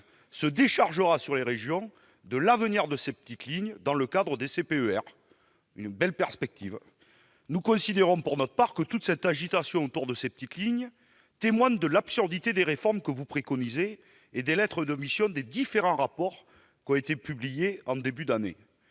se déchargera sur les régions de l'avenir de ces petites lignes dans le cadre des contrats de plan État-région ... Belle perspective ! Nous considérons, pour notre part, que toute cette agitation autour des petites lignes témoigne de l'absurdité des réformes que vous préconisez et des lettres de missions des différents rapports qui ont été publiés en début d'année.